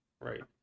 Right